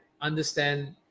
understand